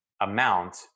amount